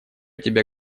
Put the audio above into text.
тебя